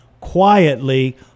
quietly